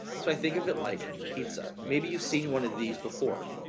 so i think of it like pizza, maybe you've seen one of these before.